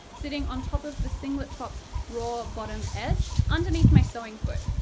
sitting on top of the singlet top's raw bottom edge, underneath my sewing foot.